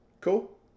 Cool